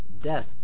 death